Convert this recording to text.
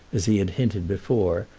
as he had hinted before,